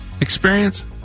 experience